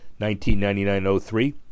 1999-03